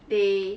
they